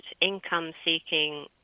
income-seeking